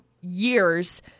years